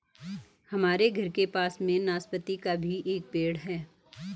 हमारे घर के पास में नाशपती का भी एक पेड़ है